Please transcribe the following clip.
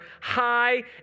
high